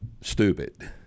stupid